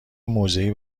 موضعی